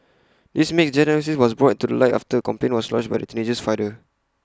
this misdiagnosis was brought to light after A complaint was lodged by the teenager's father